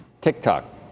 TikTok